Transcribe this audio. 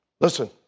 Listen